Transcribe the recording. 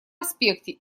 аспекте